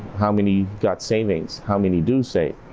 how many got savings how many do say.